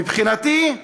מבחינתי,